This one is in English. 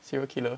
serial killer